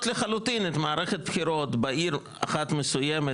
לחלוטין את מערכת הבחירות בעיר אחת מסוימת,